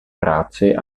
práci